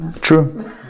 True